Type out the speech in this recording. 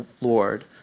Lord